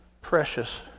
precious